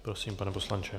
Prosím, pane poslanče.